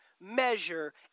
measure